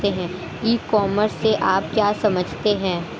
ई commerce से आप क्या समझते हैं?